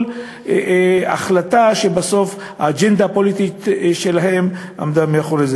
החלטה שבסוף האג'נדה הפוליטית שלהם עמדה מאחוריה.